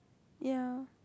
ya